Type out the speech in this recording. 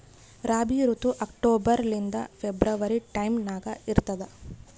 ರಾಬಿ ಋತು ಅಕ್ಟೋಬರ್ ಲಿಂದ February time ನಾಗ ಇರ್ತದ